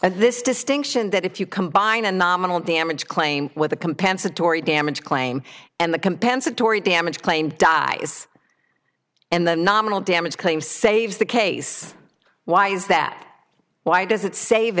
right this distinction that if you combine a nominal damage claim with a compensatory damage claim and the compensatory damage claim dies and the nominal damage claim saves the case why is that why does it save